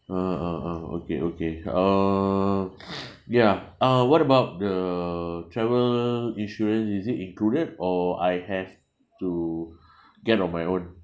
uh uh uh okay okay uh ya uh what about the travel insurance is it included or I have to get on my own